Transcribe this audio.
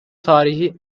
tarihi